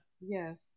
Yes